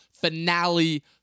finale